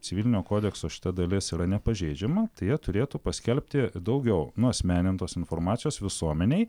civilinio kodekso šita dalis yra nepažeidžiama tai jie turėtų paskelbti daugiau nuasmenintos informacijos visuomenei